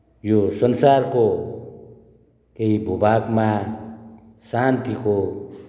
यो संसारको केही भूभागमा शान्तिको